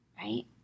right